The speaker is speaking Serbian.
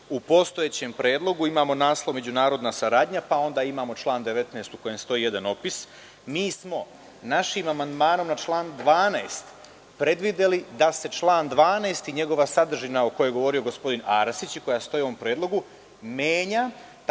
U postojećem predlogu imamo naslov – Međunarodna saradnja, pa onda imamo član 19. u kojem stoji jedan opis. Mi smo našim amandmanom na član 12. predvideli da se član 12. i njegova sadržina, o kojoj je govorio gospodin Arsić i koja stoji u ovom predlogu, menja